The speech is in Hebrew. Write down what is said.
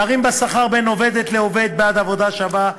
פערים בשכר בין עובדת לעובד בעד עבודה שווה,